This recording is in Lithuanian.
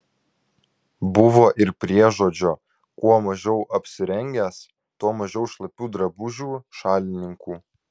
buvo ir priežodžio kuo mažiau apsirengęs tuo mažiau šlapių drabužių šalininkų